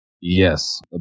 Yes